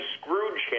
scrooge